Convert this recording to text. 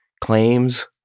claims